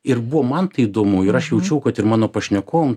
ir buvo man tai įdomu ir aš jaučiau kad ir mano pašnekovam